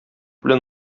белән